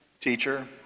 Teacher